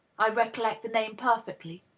i recollect the name perfectly.